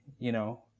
you know?